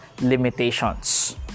limitations